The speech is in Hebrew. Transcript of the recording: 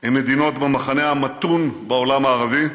עם מדינות במחנה המתון בעולם הערבי,